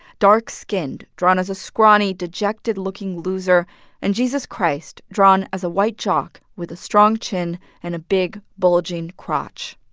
dark-skinned, drawn as a scrawny, dejected-looking loser and jesus christ drawn as a white jock with a strong chin and a big, bulging crotch.